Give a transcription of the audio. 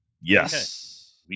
Yes